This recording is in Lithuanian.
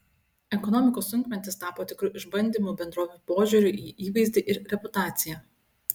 ekonomikos sunkmetis tapo tikru išbandymu bendrovių požiūriui į įvaizdį ir reputaciją